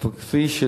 אבל כמו שציינתי,